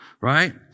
right